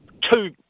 two